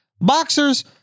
boxers